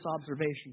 observation